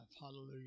Hallelujah